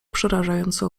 przerażająco